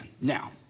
Now